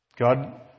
God